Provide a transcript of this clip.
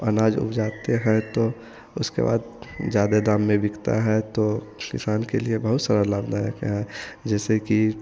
अनाज उपजाते हैं तो उसके बाद ज़्यादे दाम में बिकता है तो किसान के लिए बहुत सारा लाभदायक है जैसे कि